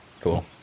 cool